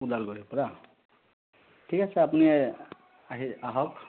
ওডালগুৰিৰ পৰা ঠিক আছে আপুনি আহি আহক